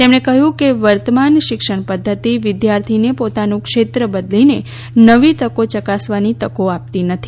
તેમણે કહયું કે વર્તમાન શિક્ષણ પધ્ધતી વિદ્યાર્થીને પોતાનું ક્ષેત્ર બદલીને નવી તકો યકાસવાની તકો આપતી નથી